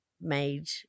made